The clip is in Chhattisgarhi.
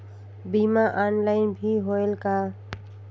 बीमा ऑनलाइन भी होयल का?